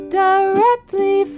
directly